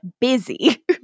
busy